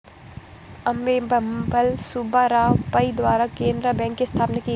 अम्मेम्बल सुब्बा राव पई द्वारा केनरा बैंक की स्थापना की गयी